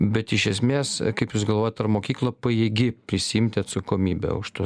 bet iš esmės kaip jūs galvojat ar mokykla pajėgi prisiimti atsakomybę už tuos